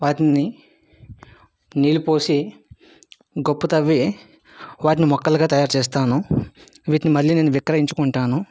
వాటిని నీళ్ళు పోసి గుప్ప త్రవ్వి వాటిని మొక్కలుగా తయారు చేస్తాను వీటిని మళ్ళీ నేను విక్రయించుకుంటాను